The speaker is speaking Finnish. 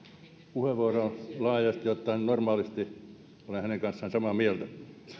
puheenvuoroon laajasti ottaen normaalisti olen hänen kanssaan samaa mieltä